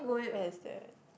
where is that